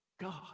God